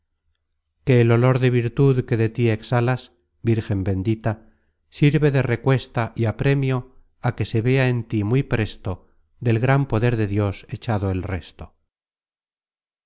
que el olor de virtud que de tí exhalas vírgen bendita sirve de recuesta y apremio á que se vea en tí muy presto del gran poder de dios echado el resto